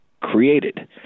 created